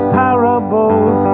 parables